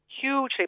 hugely